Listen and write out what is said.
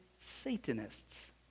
Satanists